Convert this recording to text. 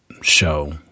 show